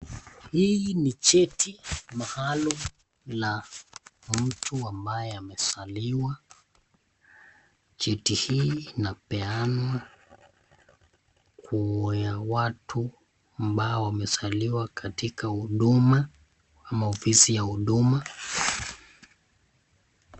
Hii ni cheti maalum la mtu ambaye amezaliwa, cheti hii inapeanwa kwa watu ambao wamezaliwa katika huduma ama ofisi ya huduma.